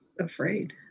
afraid